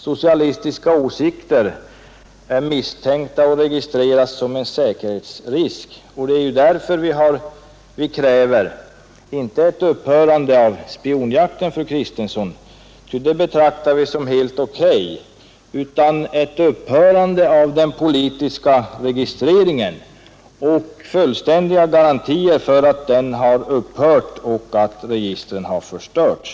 Socialistiska åsikter är misstänkta och registreras som en säkerhetsrisk. Det är därför vi kräver inte ett upphörande av spionjakten, fru Kristensson, ty den betraktar vi som helt OK, utan ett upphörande av den politiska registreringen och fullständiga garantier för att den har upphört och att registren har förstörts.